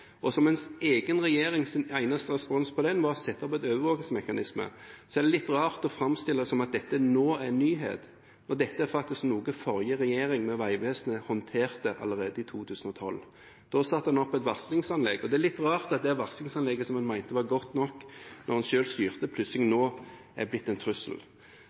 og den regjeringens eneste respons på det var å sette opp en overvåkingsmekanisme, er det litt rart å framstille det som at dette nå er en nyhet. Dette er faktisk noe som den forrige regjeringen, med Vegvesenet, håndterte allerede i 2012. Da satte en opp et varslingsanlegg, og det er litt rart at det varslingsanlegget som en mente var godt nok da en selv styrte, plutselig nå er blitt en trussel.